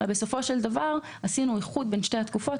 ובסופו של דבר עשינו איחוד בין שתי התקופות.